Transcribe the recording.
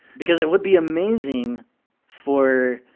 because it would be amazing for,